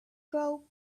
grow